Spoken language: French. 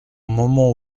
moment